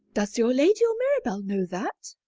does your lady or mirabell know that?